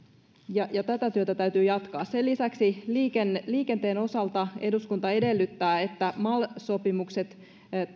ja tätä työtä täytyy jatkaa sen lisäksi liikenteen liikenteen osalta eduskunta edellyttää että mal sopimukset